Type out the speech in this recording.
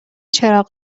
چراغ